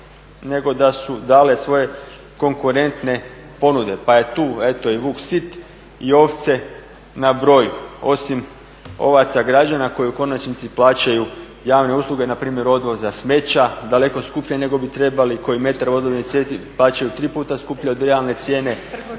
nego da su dale svoje konkurentne ponude. Pa je tu eto i vuk sit i ovce na broju osim ovaca građana koji u konačnici plaćaju javne usluge npr. odvoza smeća daleko skuplje nego bi trebali koji metar odvodne … plaćaju tri puta skuplje od realne cijene